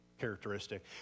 characteristic